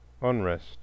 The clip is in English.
unrest